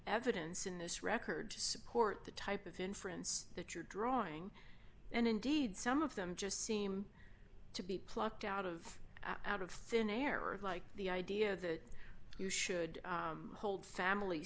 evidence in this record to support the type of inference that you're drawing and indeed some of them just seem to be plucked out of out of thin air or like the idea that you should hold family